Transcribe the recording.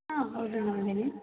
ಹಾಂ ಹೌದು ಮೇಡಮ್ ಹೇಳಿ